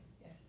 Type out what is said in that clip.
Yes